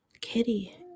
kitty